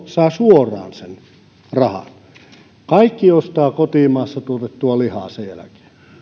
saa suoraan sen rahan kaksikymmentä senttiä kilo kaikki ostavat kotimaassa tuotettua lihaa sen jälkeen